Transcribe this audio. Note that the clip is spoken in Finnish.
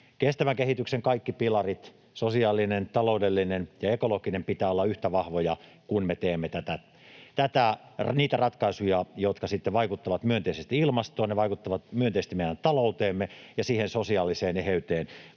Kestävän kehityksen kaikki pilarit, sosiaalinen, taloudellinen ja ekologinen, pitää olla yhtä vahvoja, kun me teemme niitä ratkaisuja, jotka sitten vaikuttavat myönteisesti ilmastoon. Ne vaikuttavat myönteisesti meidän talouteemme ja siihen sosiaaliseen eheyteen,